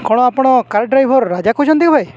କ'ଣ ଆପଣ car driver Raja କହୁଛନ୍ତି ଭାଇ